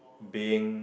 being